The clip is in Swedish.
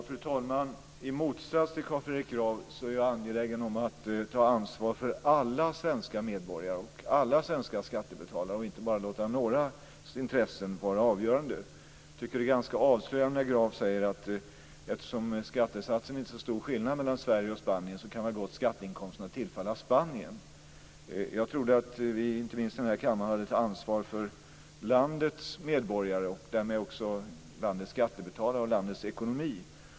Fru talman! I motsats till Carl Fredrik Graf är jag angelägen om att ta ansvar för alla svenska medborgare och för alla svenska skattebetalare och inte bara låta någras intressen vara avgörande. Jag tycker att det är ganska avslöjande när Graf säger att eftersom det inte är så stor skillnad på skattesatserna mellan Spanien och Sverige, kan skatteinkomsterna gott tillfalla Spanien. Jag trodde att vi, inte minst i denna kammare, hade ett ansvar för landets medborgare och därmed också för landets skattebetalare och ekonomi.